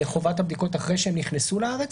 חובת הבדיקות אחרי שהם נכנסו לארץ,